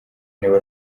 niba